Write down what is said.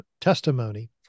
testimony